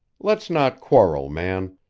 let's not quarrel, man.